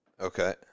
okay